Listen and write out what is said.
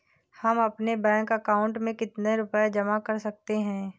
हम अपने bank account में कितने रुपये जमा कर सकते हैं?